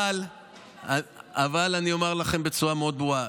אבל אני אומר לכם בצורה מאוד ברורה,